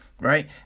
Right